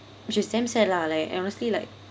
which is damn sad lah like honestly like